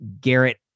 garrett